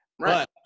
Right